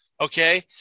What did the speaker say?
okay